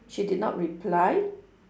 she did not reply